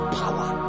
power